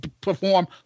perform